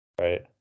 Right